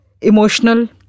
emotional